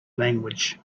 language